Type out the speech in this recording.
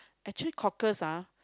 actually cockles ah